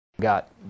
Got